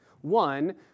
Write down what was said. One